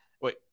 Wait